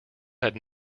had